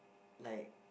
like